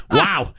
wow